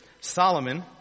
Solomon